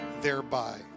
thereby